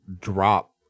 drop